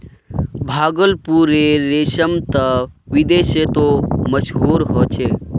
भागलपुरेर रेशम त विदेशतो मशहूर छेक